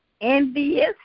envious